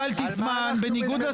יעקב, זה התפקיד שלך --- מה קורה פה?